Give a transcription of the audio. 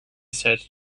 said